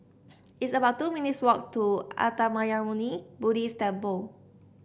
it's about two minutes' walk to Uttamayanmuni Buddhist Temple